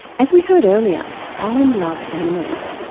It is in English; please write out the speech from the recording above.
as we heard earlier alan loved animals.